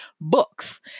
books